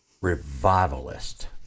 Revivalist